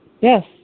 Yes